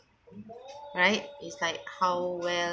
right it's like how well